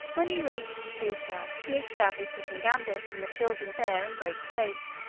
when he reached susa, he established sysigambis and the children there in great state.